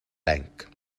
bank